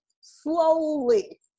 slowly